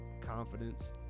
Confidence